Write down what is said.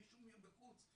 מישהו מבחוץ,